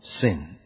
Sin